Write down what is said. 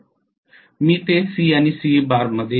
मध्ये मी ते C Cl